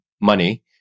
money